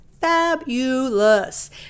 Fabulous